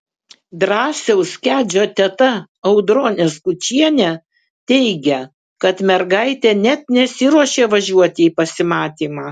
drąsiaus kedžio teta audronė skučienė teigė kad mergaitė net nesiruošė važiuoti į pasimatymą